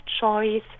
choice